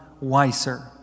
wiser